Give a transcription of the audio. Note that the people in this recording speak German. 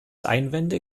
einwände